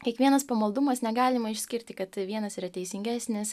kiekvienas pamaldumas negalima išskirti kad vienas yra teisingesnis